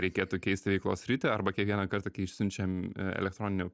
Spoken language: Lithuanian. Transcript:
reikėtų keisti veiklos sritį arba kiekvieną kartą kai išsiunčiam elektroninį